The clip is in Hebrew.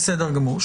בסדר גמור.